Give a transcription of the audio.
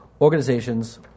organizations